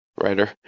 writer